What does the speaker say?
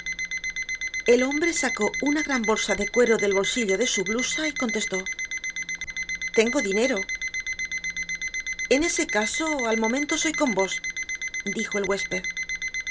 el hombre sacó una gran bolsa de cuero del bolsillo de su blusa y contestó tengo dinero en ese caso al momento soy con vos dijo el huésped el